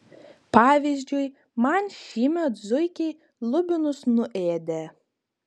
pavyzdžiui man šįmet zuikiai lubinus nuėdė